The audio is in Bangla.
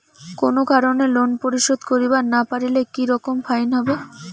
কোনো কারণে লোন পরিশোধ করিবার না পারিলে কি রকম ফাইন হবে?